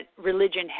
religion